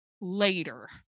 later